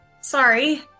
Sorry